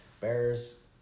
bears